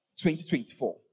2024